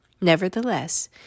Nevertheless